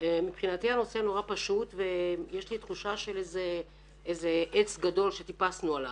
מבחינתי הנושא מאוד פשוט ויש לי תחושה של איזה עץ גדול שטיפסנו עליו.